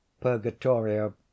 Purgatorio